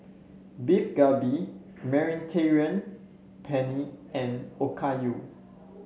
Beef Galbi Mediterranean Penne and Okayu